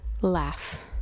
Laugh